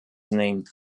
named